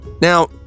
Now